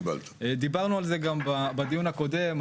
קיבלת דיברנו על זה גם בדיון הקודם,